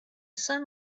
sun